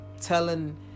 telling